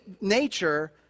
nature